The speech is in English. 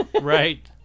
right